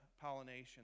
pollination